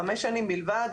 חמש שנים בלבד,